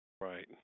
Right